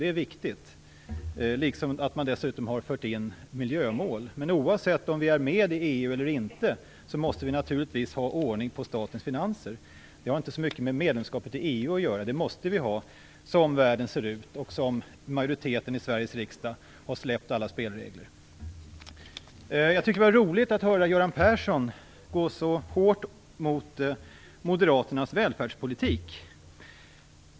Det är viktigt, liksom att man dessutom har fört in miljömål. Oavsett om vi är med i EU eller inte måste vi naturligtvis ha ordning på statens finanser. Det har alltså inte så mycket med medlemskapet i EU att göra, utan det måste vi ha med tanke på hur världen nu ser ut och på att majoriteten i Sveriges riksdag har släppt alla spelregler. Det var roligt att höra Göran Persson gå så hårt åt Moderaternas välfärdspolitik.